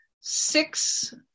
six